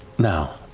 now,